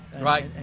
Right